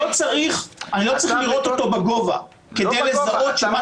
אני לא צריך לראות אותו בגובה כדי לזהות שמה